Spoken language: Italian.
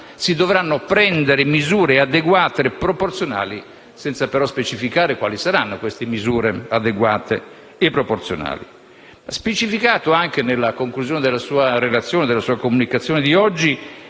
si dovranno prendere misure adeguate e proporzionali, senza, però, specificare quali saranno queste misure adeguate e proporzionali. Ha specificato anche, a conclusione della sua comunicazione di oggi,